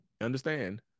understand